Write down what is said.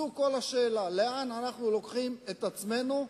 זו כל השאלה, לאן אנחנו לוקחים את עצמנו,